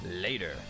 later